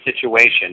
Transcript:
situation